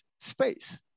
space